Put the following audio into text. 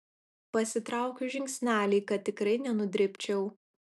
pasitraukiu žingsnelį kad tikrai nenudribčiau